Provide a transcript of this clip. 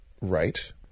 right